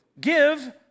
give